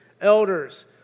elders